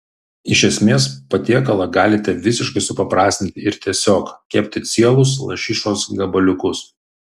iš esmės patiekalą galite visiškai supaprastinti ir tiesiog kepti cielus lašišos gabaliukus